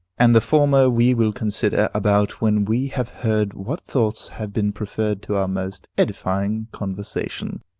and the former we will consider about when we have heard what thoughts have been preferred to our most edifying conversation.